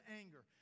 anger